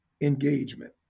engagement